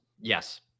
Yes